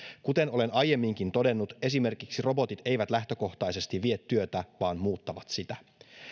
kuten olen aiemminkin todennut esimerkiksi robotit eivät lähtökohtaisesti vie työtä vaan muuttavat sitä